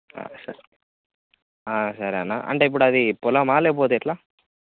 సరే సరే సరే అన్న అంటే ఇప్పుడు అది పోలమా లేకపోతే ఎట్లా